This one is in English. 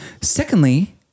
Secondly